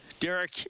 Derek